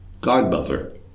godmother